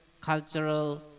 cultural